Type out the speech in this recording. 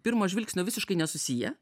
pirmo žvilgsnio visiškai nesusiję